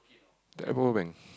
that moment